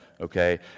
Okay